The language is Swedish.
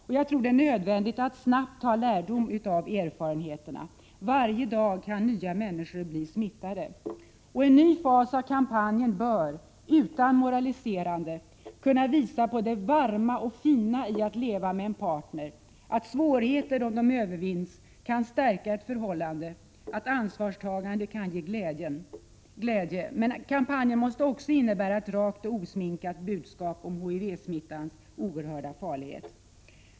Jag tror att det är nödvändigt att snabbt ta lärdom av erfarenheterna. Varje dag kan nya människor bli smittade. En ny fas av kampanjen bör — utan moraliserande — kunna visa på det varma och fina i att leva med en partner, att svårigheter, om de övervinns, kan stärka ett förhållande, att ansvarstagande kan ge glädje. Men kampanjen måste också innebära ett rakt och osminkat budskap om HIV-smittans oerhörda farlighet.